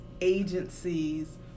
agencies